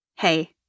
Hey